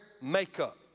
makeup